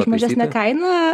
už mažesnę kainą